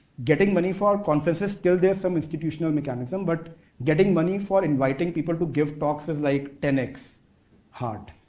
getting money for conferences, till there some institutional mechanism, but getting money for inviting people to give talks is like ten x hard,